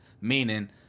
Meaning